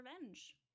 revenge